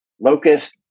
locust